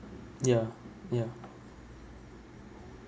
ya ya